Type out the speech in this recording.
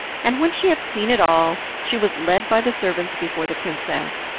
and when she had seen it all she was led by the servants before the princess,